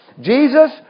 Jesus